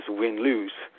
win-lose